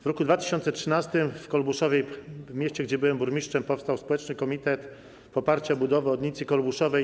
W roku 2013 w Kolbuszowej, w mieście, gdzie byłem burmistrzem, powstał społeczny komitet poparcia budowy obwodnicy Kolbuszowej.